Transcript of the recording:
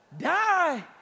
die